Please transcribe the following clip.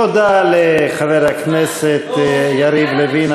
תודה לחבר הכנסת יריב לוין,